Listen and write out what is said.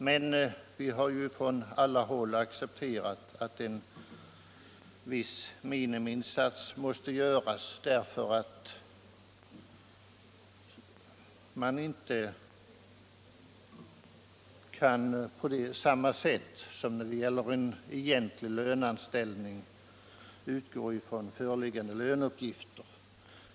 Vi har emellertid från alla håll accepterat att en viss minimiinsats måste krävas, eftersom man inte på samma sätt som när det gäller egentlig löneanställning kan utgå från föreliggande löneuppgifter.